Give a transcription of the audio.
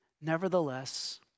nevertheless